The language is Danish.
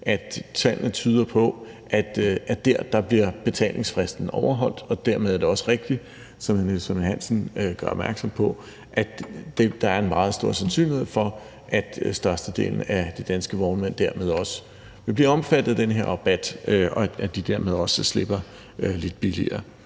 at tallene tyder på, at der bliver betalingsfristerne overholdt, og dermed er det også rigtigt, som hr. Niels Flemming Hansen gør opmærksom på, at der er en meget stor sandsynlighed for, at størstedelen af de danske vognmænd dermed også vil blive omfattet af den her rabat, og at de dermed også slipper lidt billigere.